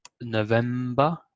november